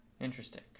Interesting